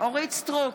אורית מלכה סטרוק,